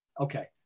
Okay